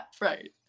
right